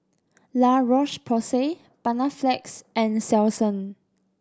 La Roche Porsay Panaflex and Selsun